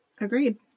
Agreed